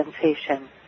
sensation